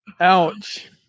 Ouch